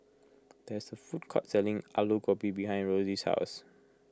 there is a food court selling Alu Gobi behind Rossie's house